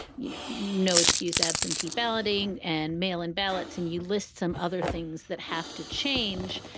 you know, no excuse, absentee balloting and mail in ballots. and you list some other things that have to change.